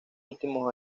últimos